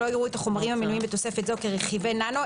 2. לא יראו את החומרים המנויים בתוספת זו כרכיבי ננו,